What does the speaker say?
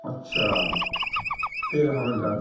اچھا تیل ہمیں ڈالنا